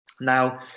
Now